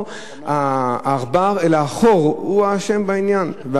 לא העכבר אלא החור הוא האשם בעניין.